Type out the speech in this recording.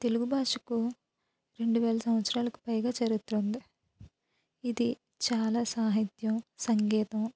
తెలుగు భాషకు రెండు వేలు సంవత్సరాలకు పైగా చరిత్ర ఉంది ఇది చాలా సాహిత్యం సంగీతం